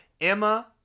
Emma